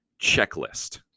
checklist